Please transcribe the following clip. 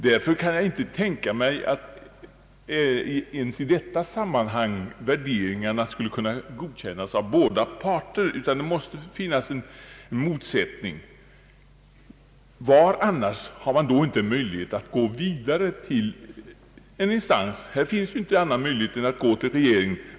Därför kan jag inte tänka mig att ens i detta sammanhang värderingarna skulle kunna godkännas av båda parter, utan det måste finnas en motsättning. Var annars har man då inte möjlighet att gå vidare till högre instans? Här finns inte någon sådan möjlighet men man borde få gå till regeringen.